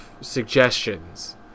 suggestions